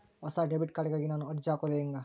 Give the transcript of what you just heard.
ಹೊಸ debit card ಗಾಗಿ ನಾನು ಅರ್ಜಿ ಹಾಕೊದು ಹೆಂಗ?